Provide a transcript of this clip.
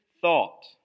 thought